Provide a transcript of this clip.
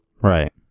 Right